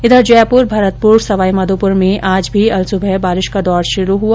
इधर जयपुर भरतपुर सवाईमाधोपुर में आज भी अल सुबह बारिश का दौर शुरू हुआ